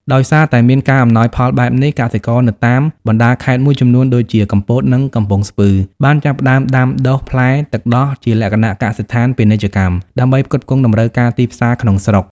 ដោយសារតែមានការអំណោយផលបែបនេះ កសិករនៅតាមបណ្តាខេត្តមួយចំនួនដូចជា កំពត និងកំពង់ស្ពឺ បានចាប់ផ្តើមដាំដុះផ្លែទឹកដោះជាលក្ខណៈកសិដ្ឋានពាណិជ្ជកម្ម ដើម្បីផ្គត់ផ្គង់តម្រូវការទីផ្សារក្នុងស្រុក។